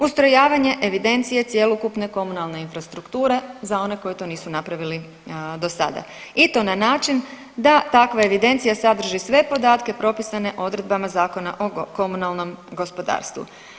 Ustrojavanje evidencije cjelokupne komunalne infrastrukture za one koji to nisu napravili do sada i to na način da takva evidencija sadrži sve podatke propisane odredbama Zakona o komunalnom gospodarstvu.